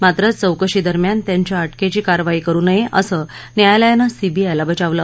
मात्र चौकशी दरम्यान त्यांच्या अटकेची कारवाई करु नये असं न्यायालयानं सीबीआयला बजावलं